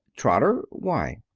trotter. why?